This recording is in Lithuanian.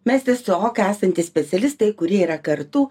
mes tiesiog esantys specialistai kurie yra kartu